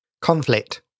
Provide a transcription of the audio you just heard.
Conflict